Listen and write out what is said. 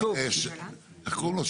יש מחקר מדהים על זה,